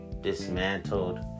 dismantled